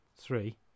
three